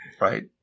right